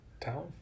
town